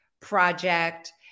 project